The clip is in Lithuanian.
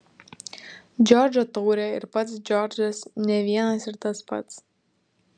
džordžo taurė ir pats džordžas ne vienas ir tas pats